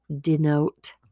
denote